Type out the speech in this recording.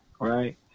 right